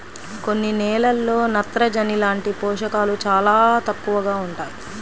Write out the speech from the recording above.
కొన్ని నేలల్లో నత్రజని లాంటి పోషకాలు చాలా తక్కువగా ఉంటాయి